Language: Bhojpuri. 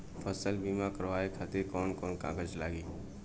फसल बीमा करावे खातिर कवन कवन कागज लगी?